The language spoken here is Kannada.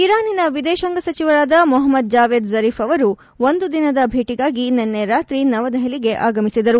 ಇರಾನಿನ ವಿದೇಶಾಂಗ ಸಚಿವರಾದ ಮೊಹಮ್ಮದ್ ಜಾವದ್ ಜಾರಿಫ್ ಅವರು ಒಂದು ದಿನದ ಭೇಟಿಗಾಗಿ ನಿನ್ನೆ ರಾತ್ರಿ ನವದೆಹಲಿಗೆ ಆಗಮಿಸಿದ್ದಾರೆ